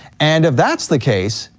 and if that's the case,